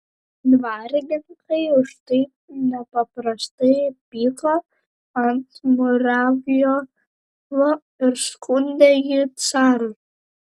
dvarininkai už tai nepaprastai pyko ant muravjovo ir skundė jį carui